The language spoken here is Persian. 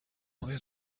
های